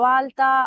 alta